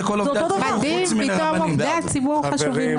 פתאום עובדי הציבור חשובים לכם.